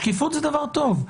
שקיפות זה דבר טוב.